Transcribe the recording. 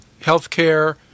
healthcare